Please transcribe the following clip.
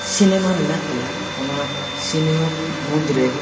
cinema ᱢᱮᱱᱟᱜ ᱛᱟᱭᱟ ᱚᱱᱟ ᱥᱤᱱᱮᱢᱟ ᱢᱩᱫᱽ ᱨᱮ